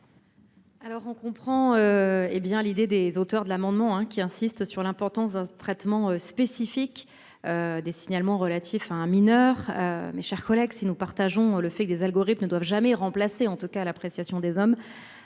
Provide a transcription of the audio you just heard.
Alors on comprend. Eh bien l'idée des auteurs de l'amendement hein qui insiste sur l'importance d'un traitement spécifique. Des signalements relatifs à un mineur. Mes chers collègues, si nous partageons le fait que des algorithmes ne doivent jamais remplacer en tout cas à l'appréciation des hommes.